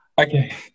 Okay